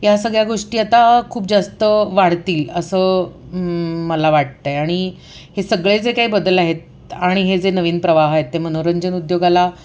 या सगळ्या गोष्टी आता खूप जास्त वाढतील असं मला वाटतंय आणि हे सगळे जे काही बदल आहेत आणि हे जे नवीन प्रवाह आहेत ते मनोरंजन उद्योगाला